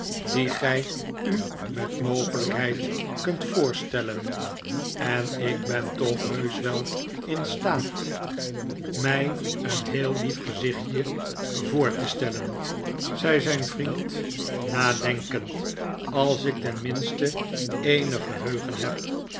die gij u met mogelijkheid kunt voorstellen en ik ben toch heusch wel in staat mij een heel lief gezichtje voor te stellen zei zijn vriend nadenkend als ik tenminste eenig geheugen heb